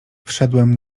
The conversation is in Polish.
wszedłem